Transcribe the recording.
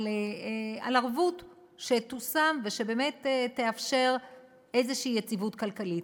על כך שתושם ערבות שתאפשר באמת איזו יציבות כלכלית.